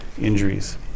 injuries